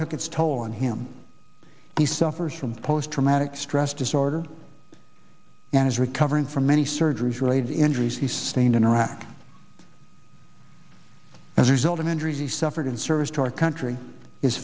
took its toll on him he suffers from post traumatic stress disorder and is recovering from many surgeries related injuries he sustained in iraq as a result of injuries he suffered in service to our country his